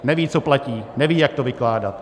Neví, co platí, neví, jak to vykládat.